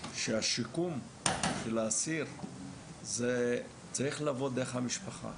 שהשיקום של האסיר צריך לבוא דרך המשפחה.